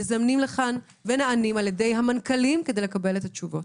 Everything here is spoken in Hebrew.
מזמנים לכאן ונענים על ידי המנכ"לים כדי לקבל את התשובות.